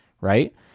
right